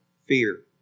fear